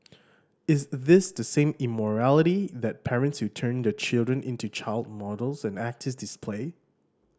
is this the same immorality that parents who turn their children into child models and actor display